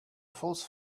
false